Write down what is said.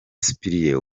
cyprien